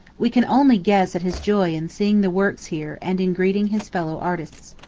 we can only guess at his joy in seeing the works here and in greeting his fellow artists.